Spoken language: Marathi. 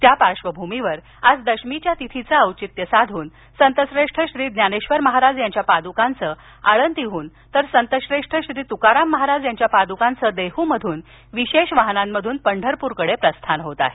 त्या पार्श्वभूमीवर आज दशमीच्या तिथीचं औचित्य साधून संत श्रेष्ठ श्री ज्ञानेश्वर महाराज यांच्या पाद्कांच आळंदीहून तर संत श्रेष्ठ श्री तुकाराम महाराज यांच्या पाद्कांच देहूतून विशेष वाहनांमधून पंढरपूरकडे प्रस्थान होत आहे